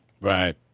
Right